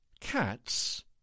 cats